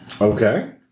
Okay